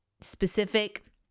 specific